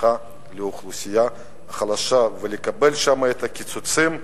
תמיכה לאוכלוסייה החלשה, ולקבל שם את הקיצוצים זה,